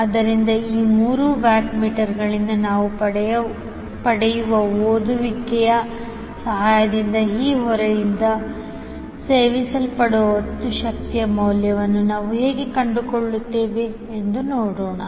ಆದ್ದರಿಂದ ಈ ಮೂರು ವ್ಯಾಟ್ ಮೀಟರ್ಗಳಿಂದ ನಾವು ಪಡೆಯುವ ಓದುವಿಕೆಯ ಸಹಾಯದಿಂದ ಈ ಹೊರೆಯಿಂದ ಸೇವಿಸಲ್ಪಡುವ ಒಟ್ಟು ಶಕ್ತಿಯ ಮೌಲ್ಯವನ್ನು ನಾವು ಹೇಗೆ ಕಂಡುಕೊಳ್ಳುತ್ತೇವೆ ಎಂದು ನೋಡೋಣ